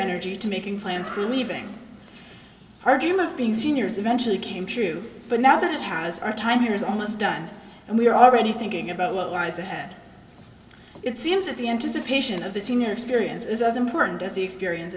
energy to making plans for leaving our dream of being seniors eventually came true but now that has our time here is almost done and we are already thinking about what lies ahead it seems at the anticipation of the senior experience is as important as the experience